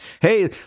hey